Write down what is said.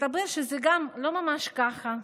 מסתבר שזה גם לא ממש ככה,